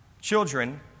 children